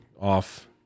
off